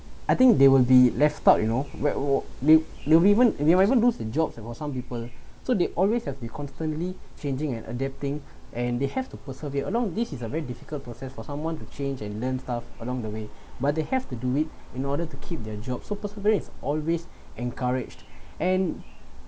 I think they will be left out you know we're all you even you even lose a job for some people so they always have be constantly changing and adapting and they have to persevere along this is a very difficult process for someone to change and learn stuff along the way but they have to do it in order to keep their jobs so perseverance always encouraged and